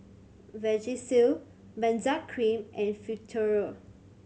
Vagisil Benzac Cream and Futuro